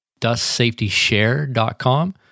dustsafetyshare.com